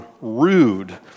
rude